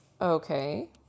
Okay